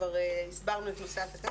כבר הסברנו את נושא התקנות,